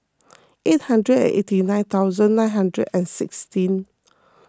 eight hundred and eighty nine thousand nine hundred and sixteen